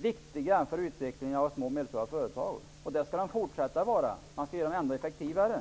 viktiga för utvecklingen av de små och medelstora företagen. Det skall de fortsätta att vara. Man skall göra dem ändå effektivare.